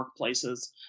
workplaces